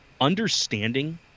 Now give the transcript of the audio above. Understanding